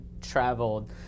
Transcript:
traveled